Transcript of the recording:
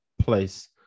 place